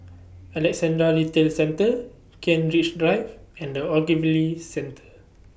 Alexandra Retail Centre Kent Ridge Drive and The Ogilvy Centre